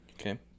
Okay